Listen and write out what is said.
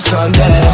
Sunday